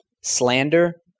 slander